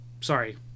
Sorry